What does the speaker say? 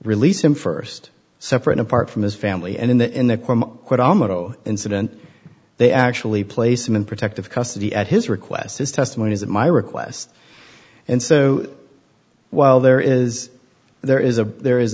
released him first separate apart from his family and in the in the incident they actually place him in protective custody at his request his testimony is at my request and so while there is there is a there is